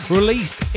Released